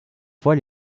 fois